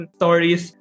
stories